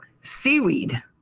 seaweed